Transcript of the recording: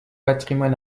patrimoine